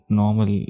normal